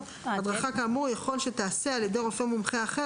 הדרכה כאמור יכול שתיעשה על ידי רופא מומחה אחר